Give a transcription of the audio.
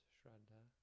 Shraddha